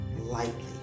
lightly